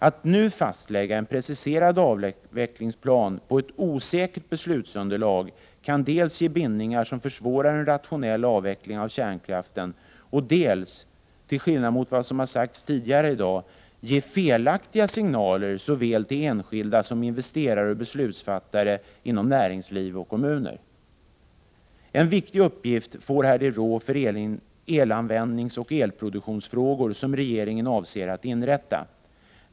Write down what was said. Att nu fastlägga en preciserad avvecklingsplan på ett osäkert beslutsunderlag kan dels ge bindningar som försvårar en rationell avveckling av kärnkraften, dels — till skillnad mot vad som har sagts tidigare i dag — ge felaktiga signaler såväl till enskilda som till investerare och beslutsfattare inom näringsliv och kommuner. En viktig uppgift får här det råd för elanvändningsoch elproduktionsfrågor som regeringen avser att inrätta.